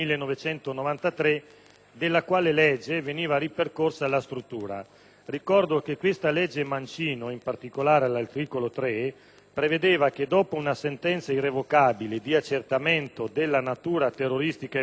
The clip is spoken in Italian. della quale veniva ripercorsa la struttura. Ricordo che la legge Mancino, in particolare all'articolo 3, prevedeva che dopo una sentenza irrevocabile di accertamento della natura terroristica o eversiva dell'associazione